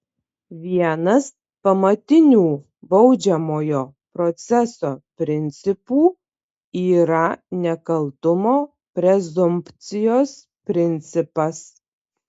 vienas pamatinių baudžiamojo proceso principų yra nekaltumo prezumpcijos principas